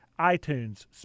iTunes